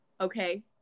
okay